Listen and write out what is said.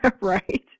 Right